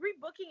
rebooking